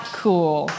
cool